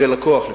ללקוח לפחות.